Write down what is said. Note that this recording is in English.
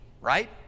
right